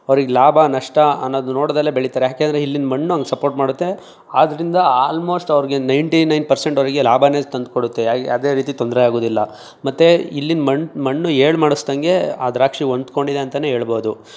ಅವ್ರಿಗೆ ಲಾಭ ನಷ್ಟ ಅನ್ನೋದು ನೋಡ್ದೇ ಬೆಳೀತಾರೆ ಏಕೆ ಅಂದರೆ ಇಲ್ಲಿನ ಮಣ್ಣು ಹಂಗೆ ಸಪೋರ್ಟ್ ಮಾಡುತ್ತೆ ಆದ್ರಿಂದ ಆಲ್ಮೋಸ್ಟ್ ಅವ್ರಿಗೆ ನೈಂಟಿ ನೈನ್ ಪರ್ಸೆಂಟ್ ಅವರಿಗೆ ಲಾಭವೇ ತಂದ್ಕೊಡುತ್ತೆ ಯಾವ್ದೇ ರೀತಿ ತೊಂದರೆ ಆಗೋದಿಲ್ಲ ಮತ್ತು ಇಲ್ಲಿನ ಮಣ್ನು ಮಣ್ಣು ಹೇಳಿ ಮಾಡಿಸಿದಂಗೆ ಆ ದ್ರಾಕ್ಷಿ ಹೊಂದ್ಕೊಂಡಿದೆ ಅಂತಲೇ ಹೇಳ್ಬೋದು